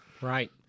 right